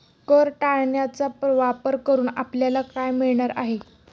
कर टाळण्याचा वापर करून आपल्याला काय मिळणार आहे?